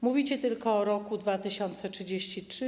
Mówicie tylko o roku 2033.